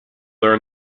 learn